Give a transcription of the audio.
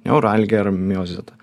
neuralgiją ar miozitą